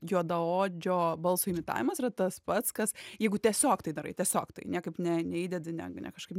juodaodžio balso imitavimas yra tas pats kas jeigu tiesiog tai darai tiesiog tai niekaip ne neįdedi ne ne kažkaip